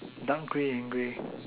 down grey and grey